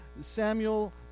Samuel